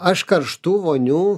aš karštų vonių